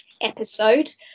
episode